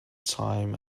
time